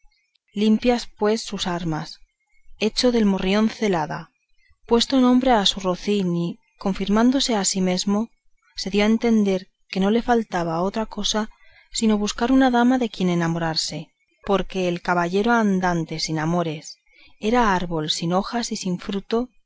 limpias pues sus armas hecho del morrión celada puesto nombre a su rocín y confirmándose a sí mismo se dio a entender que no le faltaba otra cosa sino buscar una dama de quien enamorarse porque el caballero andante sin amores era árbol sin hojas y sin fruto